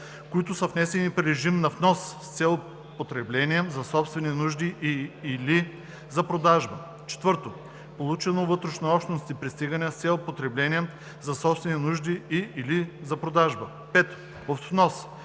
които са внесени при режим на внос с цел потребление за собствени нужди и/или за продажба; 4. получени от вътрешнообщностни пристигания с цел потребление за собствени нужди и/или за продажба; 5. от внос,